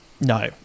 No